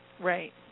Right